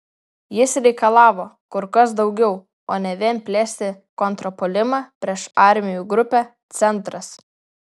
jis reikalavo kur kas daugiau o ne vien plėsti kontrpuolimą prieš armijų grupę centras